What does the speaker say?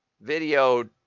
video